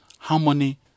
harmony